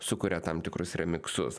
sukuria tam tikrus remiksus